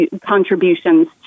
contributions